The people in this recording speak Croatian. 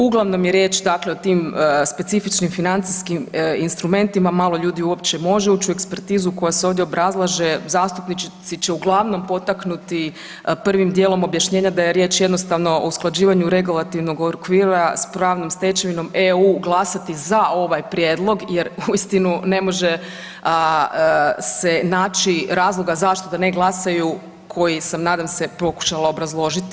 Uglavnom je riječ dakle o tim specifičnim financijskim instrumentima, malo ljudi uopće može uć u ekspertizu koja se ovdje obrazlaže, zastupnici će uglavnom potaknuti prvim dijelom objašnjenja da je riječ jednostavno o usklađivanju regulatornog okvira s pravnom stečevinom EU glasati za ovaj prijedlog jer uistinu ne može se naći razloga zašto da ne glasaju koji se nadam se pokušala obrazložiti.